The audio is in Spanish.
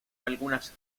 algunas